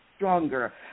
Stronger